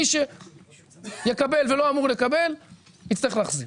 מי שיקבל ולא אמור לקבל יצטרך להחזיר.